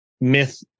myth-